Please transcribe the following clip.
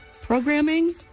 programming